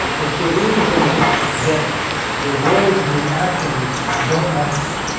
it's the reason that the words and the actions don't match